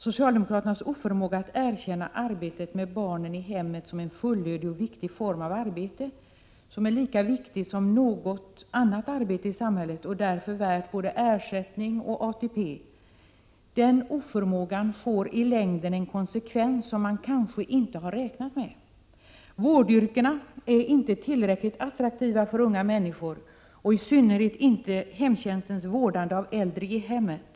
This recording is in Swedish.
Socialdemokraternas oförmåga att erkänna arbetet med barnen i hemmet som en fullödig och viktig form av arbete, som är lika viktig som något annat arbete i samhället och som därför bör avlönas och ge ATP-poäng, får i längden en konsekvens som man kanske inte har räknat med. Vårdyrkena är inte tillräckligt attraktiva för unga människor, i synnerhet inte hemtjänstens vårdande av äldre i hemmet.